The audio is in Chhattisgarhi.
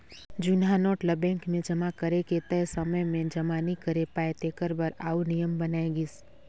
जुनहा नोट ल बेंक मे जमा करे के तय समे में जमा नी करे पाए तेकर बर आउ नियम बनाय गिस